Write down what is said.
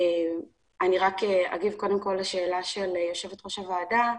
אני אשיב לשאלה של יושבת ראש הוועדה.